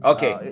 Okay